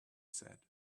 said